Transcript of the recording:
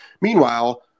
Meanwhile